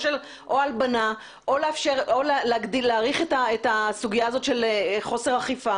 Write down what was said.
או הלבנה או להאריך את הסוגיה הזאת של חוסר אכיפה